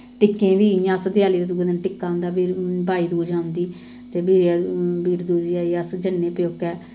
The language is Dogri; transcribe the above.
टिक्के ई भी अस इ'यां देआली दे दुए दिन टिक्का औंदा फिर भाई दूज औंदी ते बीर बीर दूजेआ गी अस जन्नें प्योकै